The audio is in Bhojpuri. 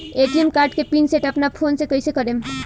ए.टी.एम कार्ड के पिन सेट अपना फोन से कइसे करेम?